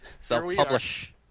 Self-publish